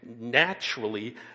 naturally